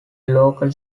local